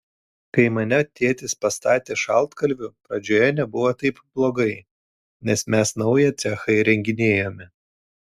kai mane tėtis pastatė šaltkalviu pradžioje nebuvo taip blogai nes mes naują cechą įrenginėjome